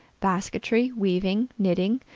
basketry, weaving, knitting,